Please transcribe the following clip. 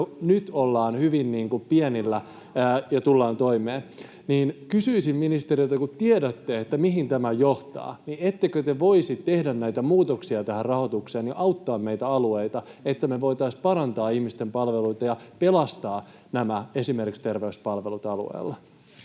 nyt hyvin pienillä tullaan toimeen. Kysyisin ministeriltä: kun tiedätte, mihin tämä johtaa, niin ettekö te voisi tehdä näitä muutoksia tähän rahoitukseen ja auttaa meillä alueita, että me voitaisiin parantaa ihmisten palveluita ja pelastaa esimerkiksi nämä terveyspalvelut alueilla?